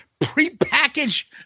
pre-packaged